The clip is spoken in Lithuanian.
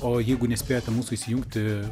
o jeigu nespėjote mūsų įsijungti